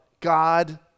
God